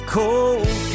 cold